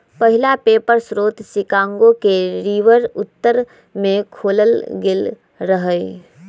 पहिला पेपर स्रोत शिकागो के रिवर उत्तर में खोलल गेल रहै